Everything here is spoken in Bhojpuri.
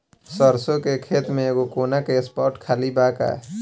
सरसों के खेत में एगो कोना के स्पॉट खाली बा का?